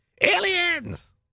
Aliens